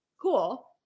Cool